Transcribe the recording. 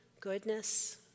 goodness